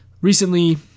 Recently